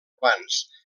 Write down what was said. urbans